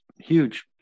huge